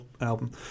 album